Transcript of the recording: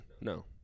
No